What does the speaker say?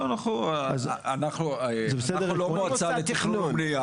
אנחנו לא מועצה לתכנון ובנייה,